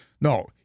no